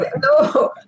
no